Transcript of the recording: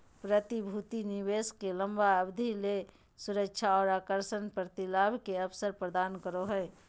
प्रतिभूति निवेश के लंबा अवधि ले सुरक्षा और आकर्षक प्रतिलाभ के अवसर प्रदान करो हइ